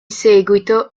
seguito